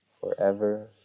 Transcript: forever